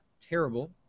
Terrible